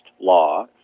law